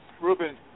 Ruben